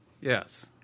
yes